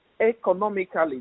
economically